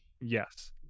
Yes